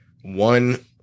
one